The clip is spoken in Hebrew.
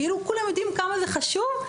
כולם יודעים כמה זה חשוב,